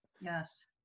Yes